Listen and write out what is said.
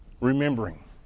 Remembering